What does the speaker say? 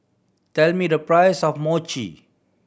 tell me the price of Mochi